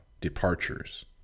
departures